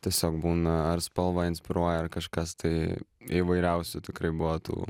tiesiog būna ar spalva inspiruoja ar kažkas tai įvairiausių tikrai buvo tų